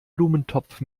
blumentopf